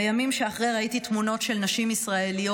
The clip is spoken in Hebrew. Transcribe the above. בימים שאחרי ראיתי תמונות של נשים ישראליות"